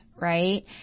right